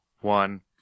one